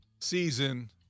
season